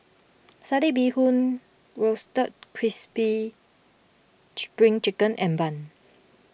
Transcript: Satay Bee Hoon Roasted Crispy Spring Chicken and Bun